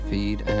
Feed